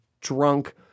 drunk